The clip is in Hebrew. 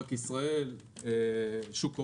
בנק ישראל, שוק ההון.